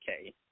Okay